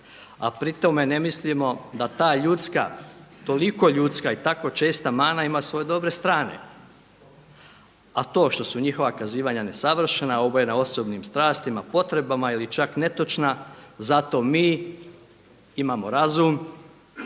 a pri tome ne mislimo da ta ljudska, toliko ljudska i tako česta mana ima svoje dobre strane, a to što su njihova kazivanja nesavršena, obojena osobnim strastima, potrebama ili čak netočna zato mi imamo razum,